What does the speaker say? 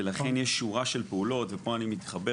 ולכן יש שורה של פעולות ופה אני מתחבר